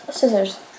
Scissors